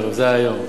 זה היה היום, כן.